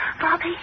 Bobby